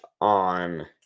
on